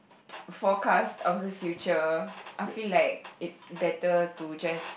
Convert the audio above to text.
forecast of the future I feel like it's better to just